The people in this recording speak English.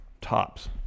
Tops